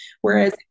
Whereas